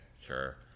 sure